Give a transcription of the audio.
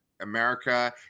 America